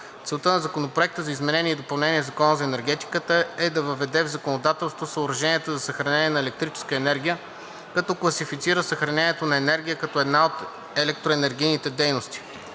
Целта на Законопроекта за изменение и допълнение на Закона за енергетиката е да въведе в законодателството съоръженията за съхранение на електрическа енергия, като класифицира съхранението на енергия като една от електроенергийните дейности.